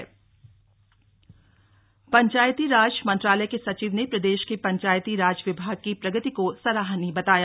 समीक्षा बैठक पंचायतीराज मंत्रालय के सचिव ने प्रदेश के पंचायतीराज विभाग की प्रगति को सराहनीय बताया